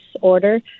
order